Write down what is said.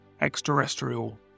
extraterrestrial